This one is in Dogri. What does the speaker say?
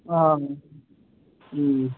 हां